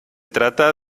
trata